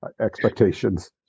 expectations